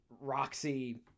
Roxy